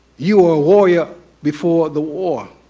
you are a warrior before the war.